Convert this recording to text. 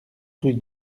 rue